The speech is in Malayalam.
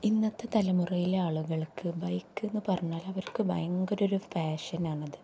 ഇന്നത്തെ തലമുറയിലെ ആളുകൾക്ക് ബൈക്ക് എന്ന് പറഞ്ഞാൽ അവർക്ക് ഭയങ്കര ഒരു ഫാഷനാണത്